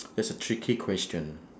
that's a tricky question